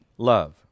Love